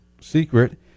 secret